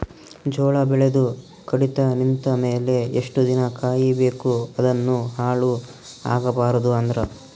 ಜೋಳ ಬೆಳೆದು ಕಡಿತ ನಿಂತ ಮೇಲೆ ಎಷ್ಟು ದಿನ ಕಾಯಿ ಬೇಕು ಅದನ್ನು ಹಾಳು ಆಗಬಾರದು ಅಂದ್ರ?